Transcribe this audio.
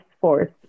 force